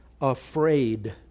afraid